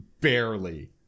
barely